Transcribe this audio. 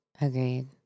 Agreed